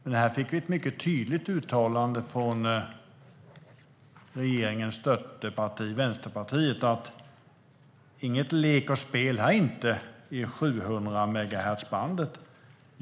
Men här fick vi ett mycket tydligt uttalande från regeringens stödparti Vänsterpartiet: Ingen lek inget och spel i 700-megahertzbandet här inte!